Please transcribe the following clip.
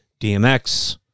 DMX